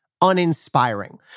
uninspiring